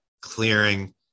clearing